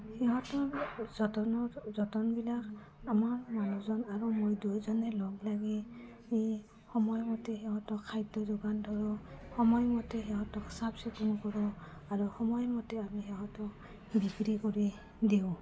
সিহঁতৰ যতনৰ যতনবিলাক আমাৰ মানুহজন আৰু মই দুয়োজনে লগ লাগি সময়মতে সিহঁতক খাদ্য যোগান ধৰোঁ সময়মতে সিহঁতক চাফ চিকুণ কৰোঁ আৰু সময়মতে আমি সিহঁতক বিক্ৰী কৰি দিওঁ